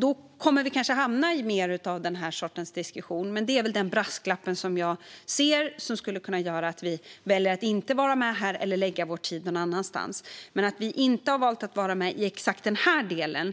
Då hamnar vi kanske mer i en diskussion som denna, men det här är den brasklapp jag ser som skulle kunna göra att vi väljer att inte vara med här eller lägga vår tid någon annanstans. Att vi valt att inte vara med i exakt denna del